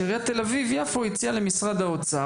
שעיריית תל אביב יפו הציעה למשרד האוצר,